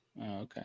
Okay